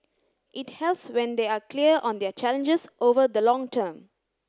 it helps when they are clear on their challenges over the long term